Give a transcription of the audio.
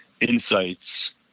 insights